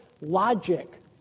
logic